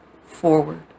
forward